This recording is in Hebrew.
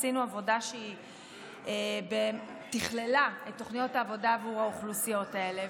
עשינו עבודה שתכללה את תוכניות העבודה עבור האוכלוסיות האלה.